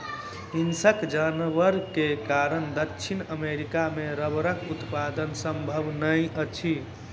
हिंसक जानवर के कारण दक्षिण अमेरिका मे रबड़ उत्पादन संभव नै अछि